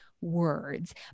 words